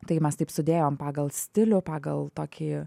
tai mes taip sudėjom pagal stilių pagal tokį